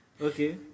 Okay